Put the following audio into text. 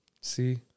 See